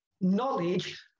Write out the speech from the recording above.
knowledge